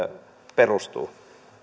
perustuu